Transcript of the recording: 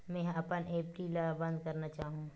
मेंहा अपन एफ.डी ला बंद करना चाहहु